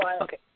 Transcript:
Okay